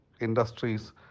industries